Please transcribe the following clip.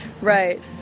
Right